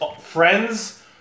friend's